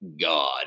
God